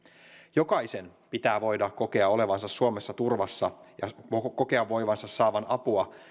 jokaisen pitää voida kokea olevansa suomessa turvassa ja kokea voivansa saada apua